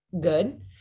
good